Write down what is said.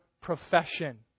profession